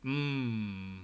mm